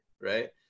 right